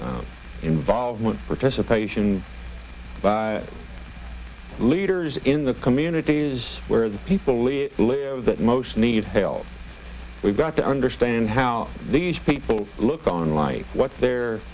involvement participation by leaders in the communities where the people leave that most need help we've got to understand how these people look on life what the